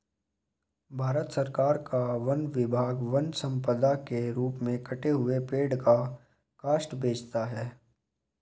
भारत सरकार का वन विभाग वन सम्पदा के रूप में कटे हुए पेड़ का काष्ठ बेचता है